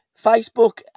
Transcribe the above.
Facebook